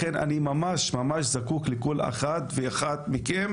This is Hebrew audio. לכן אני ממש זקוק לכל אחד ואחת מכם